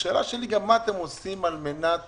השאלה שלי היא מה אתם עושים על מנת